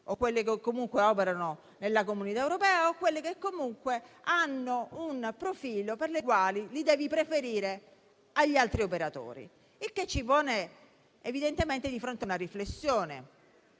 quelle che operano nella comunità europea o quelle che, comunque, hanno un profilo per il quale bisogna preferirle agli altri operatori. Questo ci pone, evidentemente, di fronte a una riflessione.